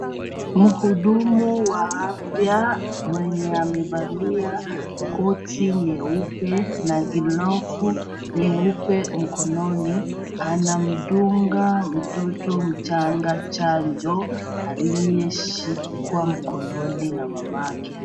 Mhudumu wa afya mwenye amevalia koti nyeupe na glovu nyeupe nyeupe mkononi anamdunga mtoto mchanga chanjo aliyeshikwa mkononi na mamake.